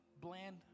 bland